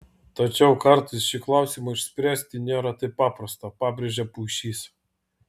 tačiau kartais šį klausimą išspręsti nėra taip paprasta pabrėžia puišys